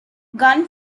gun